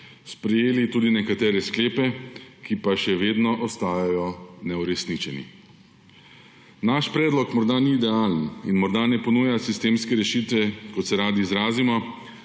sprejeli tudi nekatere sklepe, ki pa še vedno ostajajo neuresničeni. Naš predlog morda ni idealen in morda ne ponuja sistemske rešitve, kot se radi izrazimo,